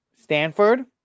Stanford